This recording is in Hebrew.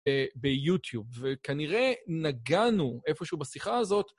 ביוטיוב, וכנראה נגענו איפשהו בשיחה הזאת.